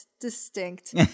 Distinct